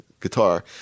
guitar